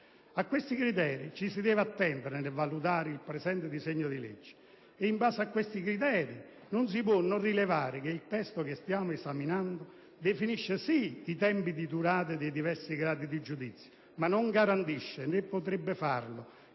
A questi criteri ci si deve attenere nel valutare il presente disegno di legge. E in base a questi criteri non si può non rilevare che il testo che stiamo esaminando definisce, sì, i tempi di durata dei diversi gradi di giudizio, ma non garantisce, né potrebbe farlo,